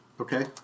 Okay